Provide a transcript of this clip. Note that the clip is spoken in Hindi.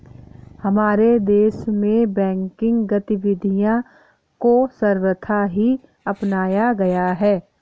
हमारे देश में बैंकिंग गतिविधियां को सर्वथा ही अपनाया गया है